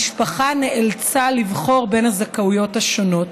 המשפחה נאלצה לבחור בין הזכאויות השונות.